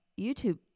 YouTube